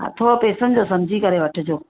हा थोरो पैसनि जो समुझी करे वठिजो